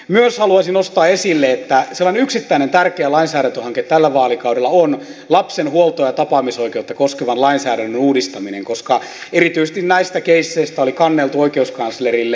myös haluaisin nostaa esille että sellainen yksittäinen tärkeä lainsäädäntöhanke tällä vaalikaudella on lapsen huolto ja tapaamisoikeutta koskevan lainsäädännön uudistaminen koska erityisesti näistä keisseistä oli kanneltu oikeuskanslerille